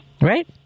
Right